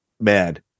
mad